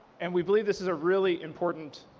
and we believe this is a really important.